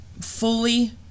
fully